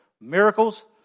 miracles